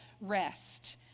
rest